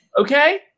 Okay